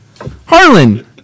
Harlan